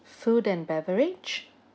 food and beverage